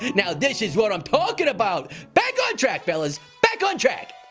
now this is what i'm talkin' about. back on track, fellas. back on track.